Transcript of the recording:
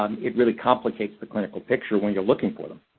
um it really complicates the clinical picture when you're looking for them.